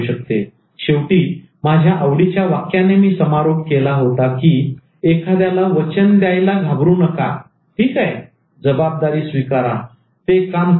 आणि शेवटी माझ्या आवडीच्या वाक्याने मी समारोप केला की एखाद्याला वचन द्यायला घाबरू नका ठीक आहे जबाबदारी स्वीकारा ते काम करा